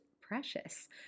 precious